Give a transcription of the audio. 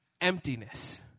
Emptiness